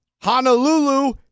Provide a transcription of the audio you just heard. Honolulu